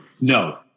No